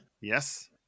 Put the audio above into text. Yes